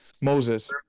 Moses